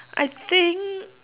I think